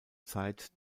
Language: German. zeit